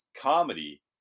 comedy